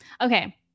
Okay